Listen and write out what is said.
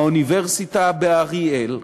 האוניברסיטה באריאל,